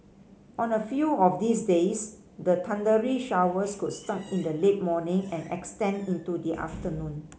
on a few of these days the thundery showers could start in the late morning and extend into the afternoon